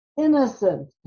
Innocent